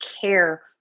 care